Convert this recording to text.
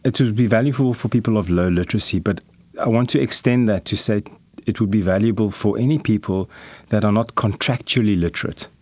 it would be valuable for people of low literacy. but i want to extend that to say it would be valuable for any people that are not contractually literate.